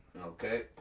Okay